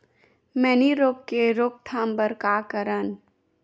मैनी रोग के रोक थाम बर का करन?